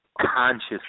conscious